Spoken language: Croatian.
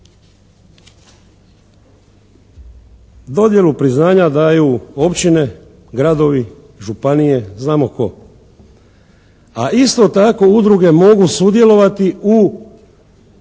Dodjelu priznanja daju općine, gradovi, županije, znamo tko, a isto tako udruge mogu sudjelovati u